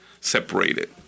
separated